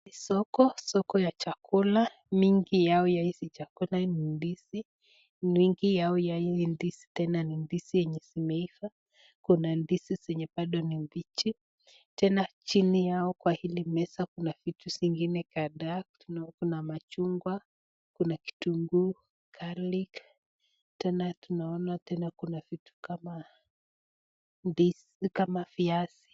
Soko, soko ya chakula, mingi yao ya hizi chakula ni ndizi. Mengi yao ya hizi ndizi tena ni ndizi yenye zimeiva, kuna ndizi zenye bado ni mbichi. Tena chini yao kwa hili meza kuna vitu zingine kadhaa, kuna machungwa, kuna kitunguu, garlic Tena tunaona tena kuna kitu kama viazi.